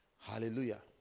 Hallelujah